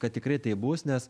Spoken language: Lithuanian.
kad tikrai taip bus nes